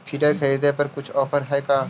Filter खरिदे पर कुछ औफर है का?